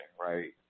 right